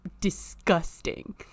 disgusting